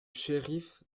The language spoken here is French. shériff